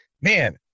man